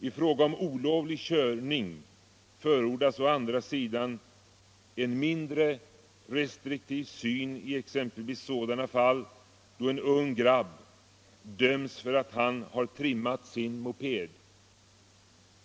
I fråga om olovlig körning förordas å andra sidan en mindre restriktiv syn på exempelvis sådana fall då en ung grabb döms för att han har trimmat sin moped.